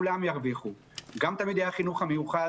כולם ירוויחו, גם תלמידי החינוך המיוחד